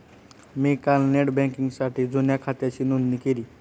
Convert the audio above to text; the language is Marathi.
मी काल नेट बँकिंगसाठी जुन्या खात्याची नोंदणी केली